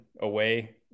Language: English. away